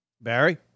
Barry